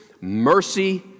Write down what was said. mercy